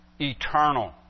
eternal